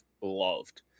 loved